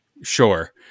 Sure